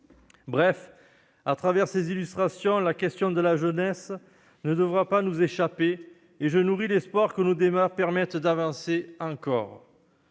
Bref, à travers ces illustrations, la question de la jeunesse ne devra pas nous échapper, et je nourris l'espoir que nos débats permettent d'avancer encore.